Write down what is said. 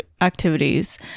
activities